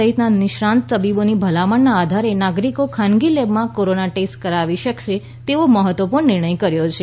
સહિતના નિષ્ણાંત તબીબોની ભલામણના આધારે નાગરીકો ખાનગી લેબમાં કોરોનાનો ટેસ્ટ કરાવી શકશે તેવો મહત્વપૂર્ણ નિર્ણય કર્યો છે